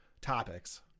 topics